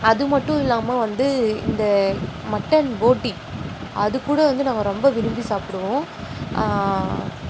அது மட்டும் இல்லாமல் வந்து இந்த மட்டன் போட்டி அது கூட வந்து நாங்கள் ரொம்ப விரும்பி சாப்பிடுவோம்